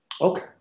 Okay